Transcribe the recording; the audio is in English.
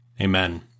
Amen